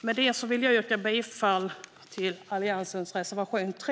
Med detta yrkar jag bifall till Alliansens reservation 3.